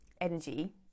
energy